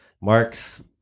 mark's